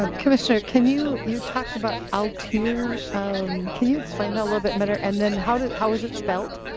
ah commissioner can you you talked about out here um can you explain a little bit better and then how did how is it spelt.